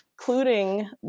Including